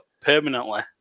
permanently